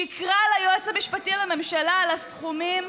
שיקרה ליועץ המשפטי לממשלה על הסכומים,